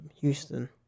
Houston